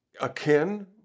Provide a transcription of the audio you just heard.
akin